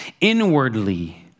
inwardly